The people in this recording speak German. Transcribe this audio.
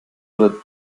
oder